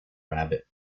rabbit